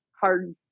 hard